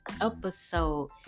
episode